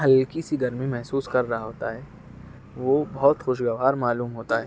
ہلکی سی گرمی محسوس کر رہا ہوتا ہے وہ بہت خوشگوار معلوم ہوتا ہے